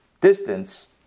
distance